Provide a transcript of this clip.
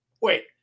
Wait